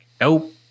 nope